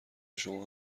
شما